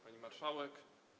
Pani Marszałek!